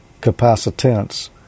capacitance